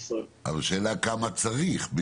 אבל השאלה כמה צריך.